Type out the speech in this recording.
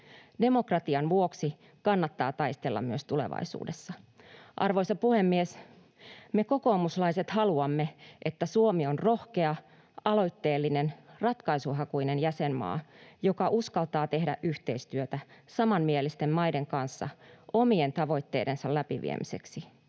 Demokratian vuoksi kannattaa taistella myös tulevaisuudessa. Arvoisa puhemies! Me kokoomuslaiset haluamme, että Suomi on rohkea, aloitteellinen ja ratkaisuhakuinen jäsenmaa, joka uskaltaa tehdä yhteistyötä samanmielisten maiden kanssa omien tavoitteidensa läpiviemiseksi.